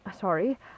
sorry